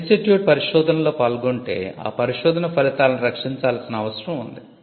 institute పరిశోధనలో పాల్గొంటే ఆ పరిశోధన ఫలితాలను రక్షించాల్సిన అవసరం ఉంది